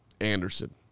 Anderson